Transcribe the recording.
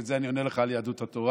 ואת זה אני עונה לך על יהדות התורה,